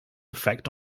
effect